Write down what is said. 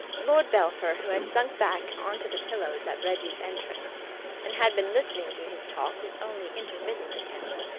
lord belpher, who had sunk back on to the pillows at reggie's entrance and had been listening to his talk with only intermittent attention,